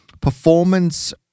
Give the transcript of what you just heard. performance